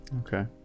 Okay